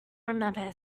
remember